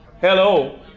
Hello